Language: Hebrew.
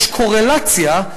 יש קורלציה,